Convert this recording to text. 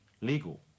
legal